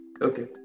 Okay